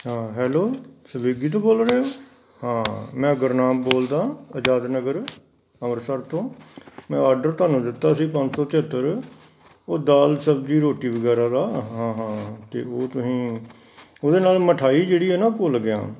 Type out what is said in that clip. ਹਾਂ hello Swiggy ਤੋਂ ਬੋਲ ਰਹੇ ਹੋ ਹਾਂ ਮੈਂ ਗੁਰਨਾਮ ਬੋਲਦਾ ਅਜ਼ਾਦ ਨਗਰ ਅੰਮ੍ਰਿਤਸਰ ਤੋਂ ਮੈਂ ਆਡਰ ਤੁਹਾਨੂੰ ਦਿੱਤਾ ਸੀ ਪੰਜ ਸੌ ਤਿਹੱਤਰ ਉਹ ਦਾਲ ਸਬਜ਼ੀ ਰੋਟੀ ਵਗੈਰਾ ਦਾ ਹਾਂ ਹਾਂ ਅਤੇ ਉਹ ਤੁਸੀਂ ਉਹਦੇ ਨਾਲ ਮਿਠਾਈ ਜਿਹੜੀ ਹੈ ਨਾ ਭੁੱਲ ਗਿਆਂ